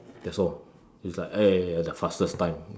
that's all it's like !aiya! the fastest time